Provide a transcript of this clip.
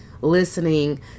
listening